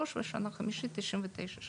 שנה רביעית: 223 שקל ושנה חמישית: 99 שקלים.